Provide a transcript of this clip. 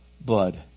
blood